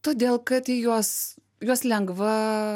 todėl kad į juos juos lengva